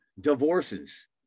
divorces